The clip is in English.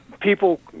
people